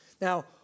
Now